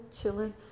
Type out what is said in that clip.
chilling